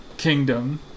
kingdom